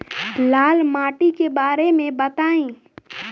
लाल माटी के बारे में बताई